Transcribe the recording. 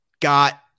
got